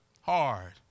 Hard